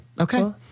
Okay